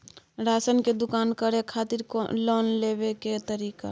Ration के दुकान करै खातिर लोन लेबै के तरीका?